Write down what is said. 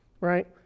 right